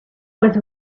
was